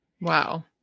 Wow